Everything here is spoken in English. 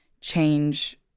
change